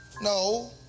no